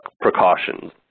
precautions